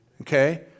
Okay